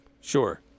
Sure